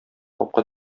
капка